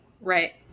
Right